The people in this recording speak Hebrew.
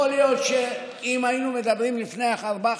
יכול להיות שאם היינו מדברים לפני ארבעה,